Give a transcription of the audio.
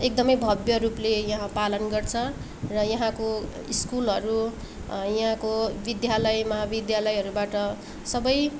एकदमै भव्य रूपले यहाँ पालन गर्छ र यहाँको स्कुलहरू यहाँको विद्यालयमा विद्यालयहरूबाट सबै